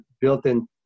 built-in